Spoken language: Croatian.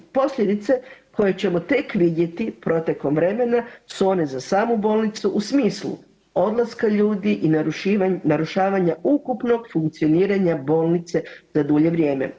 Posljedice koje ćemo tek vidjeti protekom vremena su one za samu bolnicu u smislu odlaska ljudi i narušavanja ukupnog funkcioniranja bolnice na dulje vrijeme.